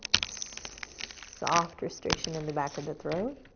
soft restriction in the back of the throat,